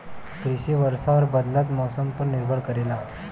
कृषि वर्षा और बदलत मौसम पर निर्भर करेला